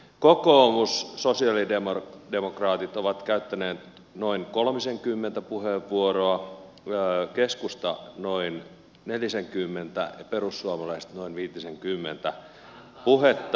kokoomus ja sosialidemokraatit ovat käyttäneet noin kolmisenkymmentä puheenvuoroa keskusta noin nelisenkymmentä ja perussuomalaiset noin viitisenkymmentä puhetta